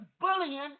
bullying